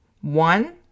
One